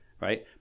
right